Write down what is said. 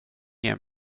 ger